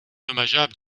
dommageable